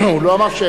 הוא לא אמר,